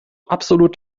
absolut